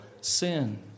sin